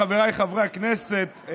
חבריי חברי הכנסת,